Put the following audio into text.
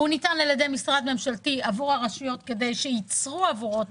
הוא ניתן על-ידי משרד ממשלתי עבור הרשויות כדי שיצרו עבורו את